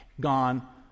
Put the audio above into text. gone